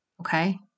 Okay